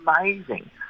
amazing